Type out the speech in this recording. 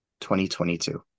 2022